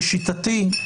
לשיטתי,